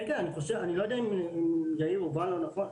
כן, אני לא יודע אם יאיר הובן לא נכון,